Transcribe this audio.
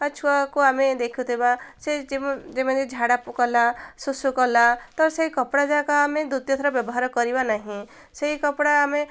ବା ଛୁଆକୁ ଆମେ ଦେଖୁଥିବା ସେ ଯେ ଯେମିତି ଝାଡ଼ା କଲା ଶୁଶୁ କଲା ତ ସେଇ କପଡ଼ା ଯାକ ଆମେ ଦ୍ଵିତୀୟ ଥର ବ୍ୟବହାର କରିବା ନାହିଁ ସେଇ କପଡ଼ା ଆମେ